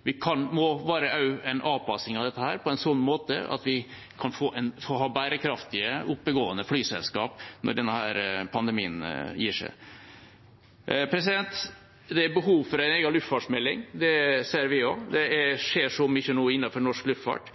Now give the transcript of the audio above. Det må også være en avpasning av dette på en sånn måte at vi kan ha bærekraftige, oppegående flyselskap når denne pandemien gir seg. Det er behov for en egen luftfartsmelding, det ser vi også. Det skjer så mye nå innenfor norsk luftfart.